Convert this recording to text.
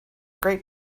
great